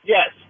Yes